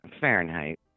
Fahrenheit